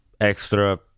extra